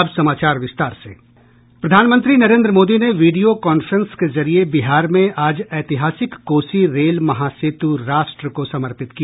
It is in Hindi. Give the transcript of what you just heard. प्रधानमंत्री नेरन्द्र मोदी ने वीडियो कॉन्फ्रेस के जरिये बिहार में आज ऐतिहासिक कोसी रेल महासेतु राष्ट्र को समर्पित किया